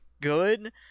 good